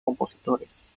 compositores